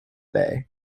bay